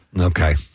Okay